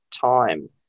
time